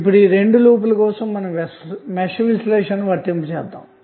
ఇప్పుడుఈ రెండు లూప్ ల కోసం మెష్ విశ్లేషణను వర్తింపజేద్దాం